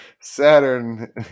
Saturn